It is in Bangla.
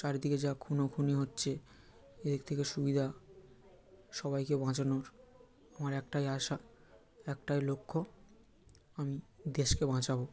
চারিদিকে যা খুনোখুনি হচ্ছে এদিক থেকে সুবিধা সবাইকে বাঁচানোর আমার একটাই আশা একটাই লক্ষ্য আমি দেশকে বাঁচাবো